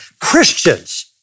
Christians